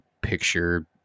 picture